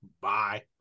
Bye